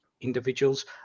individuals